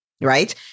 right